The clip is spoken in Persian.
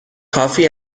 کافی